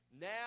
Now